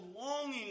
longing